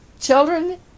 children